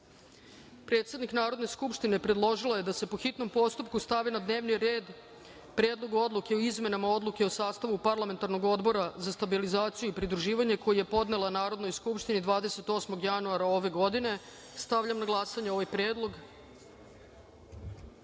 predlog. Predsednik Narodne skupštine predložila je da se, po hitnom postupku, stavi na dnevni red Predlog odluke o izmenama Odluke o sastavu parlamentarnog Odbora za stabilizaciju i pridruživanje, koji je podnela Narodnoj skupštini 28. januara ove godine. Stavljam na glasanje ovaj